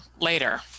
later